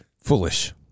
foolish